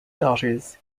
daughters